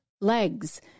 legs